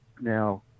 Now